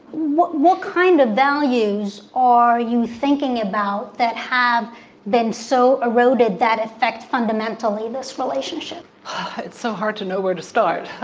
what what kind of values are you thinking about that have been so eroded that affect fundamentally this relationship? it's so hard to know where to start.